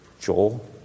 Joel